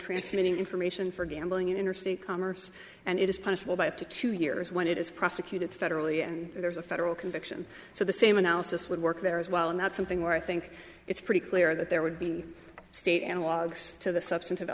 transmitting information for gambling in interstate commerce and it is punishable by up to two years when it is prosecuted federally and there is a federal conviction so the same analysis would work there as well and that's something where i think it's pretty clear that there would be state and walks to the substan